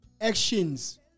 actions